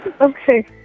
Okay